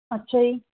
ਅੱਛਾ ਜੀ